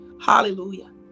hallelujah